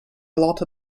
lot